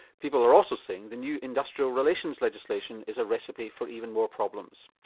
people are also saying the new industrial relations legislation is a recipe for even more problems.